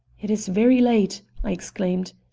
it is very late, i exclaimed.